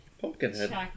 Pumpkinhead